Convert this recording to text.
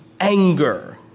anger